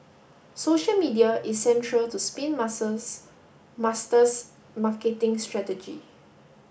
social media is central to Spin Master's marketing strategy